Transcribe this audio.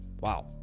Wow